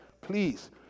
please